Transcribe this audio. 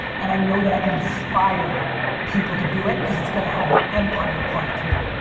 and i know that i can inspire people to do it cause it's gonna have the empire part too.